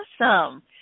Awesome